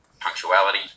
punctuality